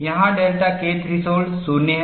यहाँ delta K threshold 0 है